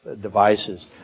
devices